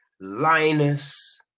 Linus